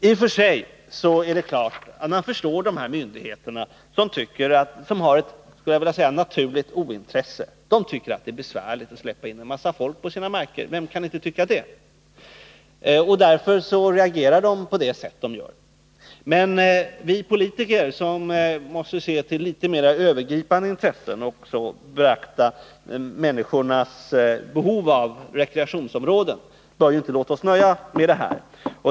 I och för sig förstår man dessa myndigheter. De har ett naturligt ointresse, därför att de tycker att det är besvärligt att släppa in en massa folk på sina marker — och vem tycker inte det? Därför reagerar de på detta sätt. Men vi politiker, som måste se till litet mera övergripande intressen och beakta människornas behov av rekreationsområden, bör inte låta oss nöja med detta.